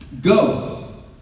Go